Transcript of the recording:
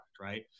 Right